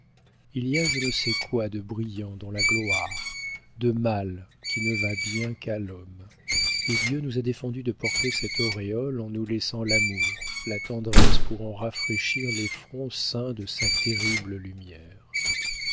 il y a je ne sais quoi de brillant dans la gloire de mâle qui ne va bien qu'à l'homme et dieu nous a défendu de porter cette auréole en nous laissant l'amour la tendresse pour en rafraîchir les fronts ceints de sa terrible lumière